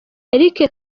eric